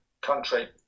country